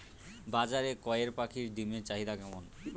বাজারে কয়ের পাখীর ডিমের চাহিদা কেমন?